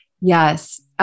Yes